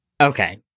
Okay